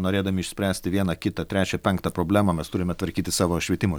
norėdami išspręsti vieną kitą trečią penktą problemą mes turime tvarkyti savo švietimo